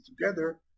together